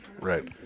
right